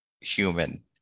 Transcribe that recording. human